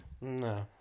No